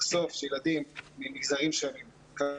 לחשוב שילדים ממגזרים שונים --- סליחה,